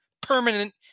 permanent